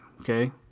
Okay